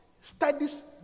studies